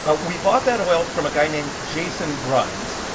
we bought that oil from a guy named jason bruns.